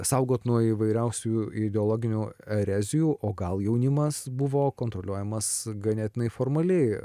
saugot nuo įvairiausių ideologinių erezijų o gal jaunimas buvo kontroliuojamas ganėtinai formaliai